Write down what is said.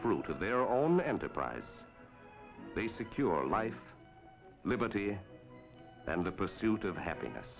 fruits of their own enterprise basic your life liberty and the pursuit of happiness